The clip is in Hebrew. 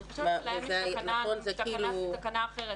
אני חושבת שזה היה תקנה אחרת.